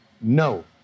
No